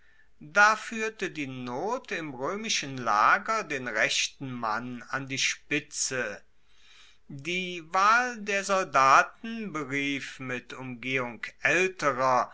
da fuehrte die not im roemischen lager den rechten mann an die spitze die wahl der soldaten berief mit umgehung aelterer